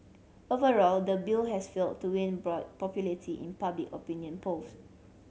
overall the bill has failed to win broad popularity in public opinion polls